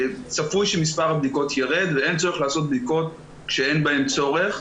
צפוי שמספר הבדיקות ירד ואין צורך לעשות בדיקות כשאין בהן צורך.